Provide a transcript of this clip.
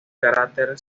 cráter